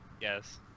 Yes